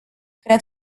cred